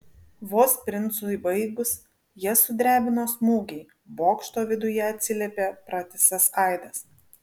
vos princui baigus jas sudrebino smūgiai bokšto viduje atsiliepė pratisas aidas